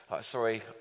Sorry